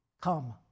Come